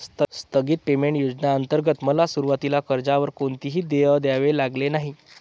स्थगित पेमेंट योजनेंतर्गत मला सुरुवातीला कर्जावर कोणतेही देय द्यावे लागले नाही